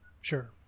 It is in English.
Sure